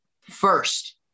First